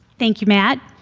thank you matt.